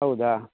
ಹೌದಾ